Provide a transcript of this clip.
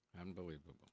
Unbelievable